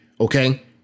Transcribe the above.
Okay